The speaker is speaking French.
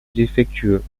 défectueux